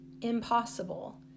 impossible